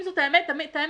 אם זאת האמת את האמת,